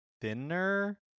thinner